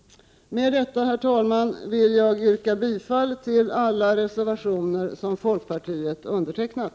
Med detta, herr talman, vill jag yrka bifall till alla reservationer som folkpartiet undertecknat.